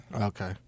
Okay